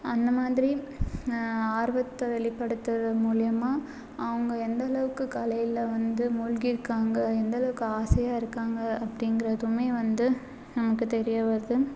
அந்த மாதிரியும் ஆர்வத்தை வெளிப்படுத்துறது மூலியமாக அவங்க எந்த அளவுக்கு கலையில் வந்து மூழ்கிஇருக்காங்க எந்த அளவுக்கு ஆசையாக இருக்காங்க அப்படிங்கிறதுமே வந்து நமக்கு தெரிய வருது